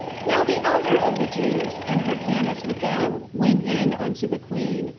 now the elders of the jews, and hyrcanus with them, went in unto the queen,